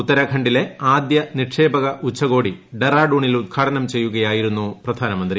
ഉത്തരാഖണ്ഡിലെ ആദ്യ നിക്ഷേപക ഉച്ചകോടി ഡറാഡൂണിൽ ഉത്ഘാടനം ചെയ്യുകയായിരുന്നു പ്രധാനമന്ത്രി